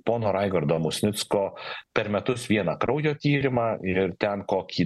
pono raigardo musnicko per metus vieną kraujo tyrimą ir ten kokį